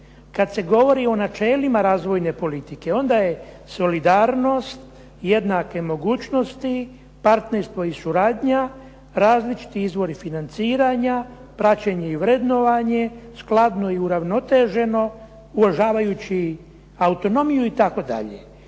Kad se govori o načelima razvojne politike onda je solidarnost, jednake mogućnosti, partnerstvo i suradnja, različiti izvori financiranja, praćenje i vrednovanje, skladno i uravnoteženo uvažavajući autonomiju itd.